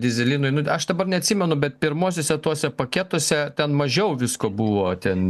dyzelinui nu aš dabar neatsimenu bet pirmuosiuose tuose paketuose ten mažiau visko buvo ten